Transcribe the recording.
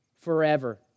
forever